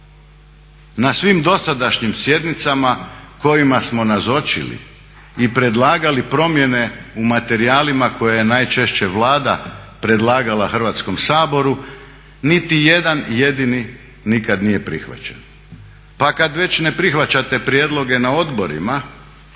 Na svim dosadašnjim sjednicama kojima smo nazočili i predlagali promjene u materijalima koje je najčešće Vlada predlagala Hrvatskom saboru, niti jedan jedini nikad nije prihvaćen. Pa kada već ne prihvaćate prijedloge na odborima, nećete